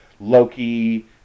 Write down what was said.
Loki